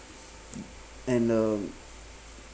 and uh